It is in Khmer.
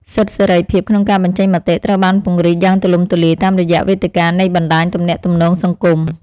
សិទ្ធិសេរីភាពក្នុងការបញ្ចេញមតិត្រូវបានពង្រីកយ៉ាងទូលំទូលាយតាមរយៈវេទិកានៃបណ្តាញទំនាក់ទំនងសង្គម។